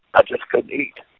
i just couldn't eat.